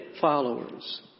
followers